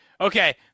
Okay